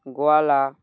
গোয়ালা